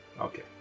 Okay